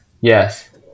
Yes